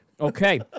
Okay